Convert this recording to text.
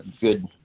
good